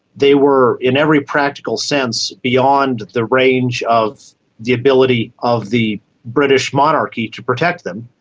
they were, in every practical sense, beyond the range of the ability of the british monarchy to protect them,